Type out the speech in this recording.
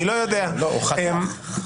או רשע או תם.